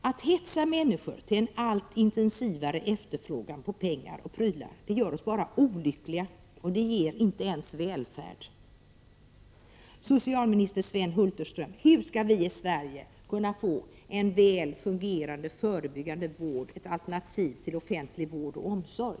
Att hetsa människor till en allt intensivare efterfrågan på pengar och prylar gör dem bara olyckliga, och det ger dem inte ens välfärd. Socialminister Sven Hulterström, hur skall vi i Sverige kunna få en väl fungerande förebyggande vård — ett alternativ till offentlig vård och omsorg?